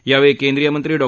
यावेळी केंद्रीय मंत्री डॉ